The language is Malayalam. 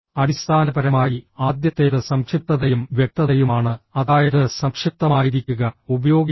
അടിസ്ഥാനപരമായി ആദ്യത്തേത് സംക്ഷിപ്തതയും വ്യക്തതയുമാണ് അതായത് സംക്ഷിപ്തമായിരിക്കുക ഉപയോഗിക്കരുത്